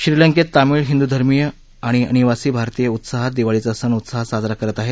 श्रीलंकेत तामिळ हिंद्धर्मीय आणि अनिवासी भारतीय उत्साहात दिवाळीचा सण उत्साहात साजरा करत आहेत